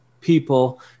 people